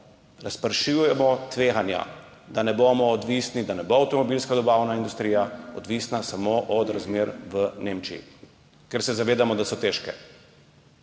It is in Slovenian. Razpršujemo tveganja, da ne bo avtomobilska dobavna industrija odvisna samo od razmer v Nemčiji, ker se zavedamo, da so težke.